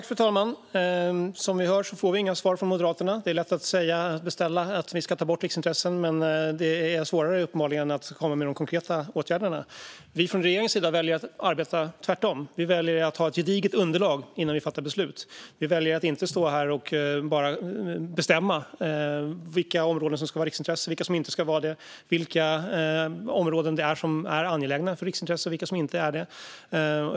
Fru talman! Som vi hör kommer det inga svar från Moderaterna. Det är lätt att säga - beställa - att vi ska ta bort riksintressen, men det svåra är uppenbarligen att komma med de konkreta åtgärderna. Från regeringens sida väljer vi att arbeta tvärtom. Vi väljer att ha ett gediget underlag innan vi fattar beslut, och vi väljer att inte stå här och bara bestämma vilka områden som ska vara riksintressen och vilka som inte ska vara det - liksom vilka områden som är angelägna som riksintressen och vilka som inte är det.